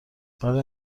برای